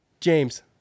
James